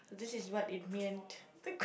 so this is one it meant